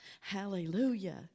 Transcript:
Hallelujah